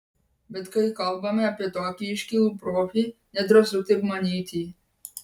bet kai kalbame apie tokį iškilų profį nedrąsu taip manyti